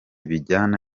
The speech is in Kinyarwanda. bijyana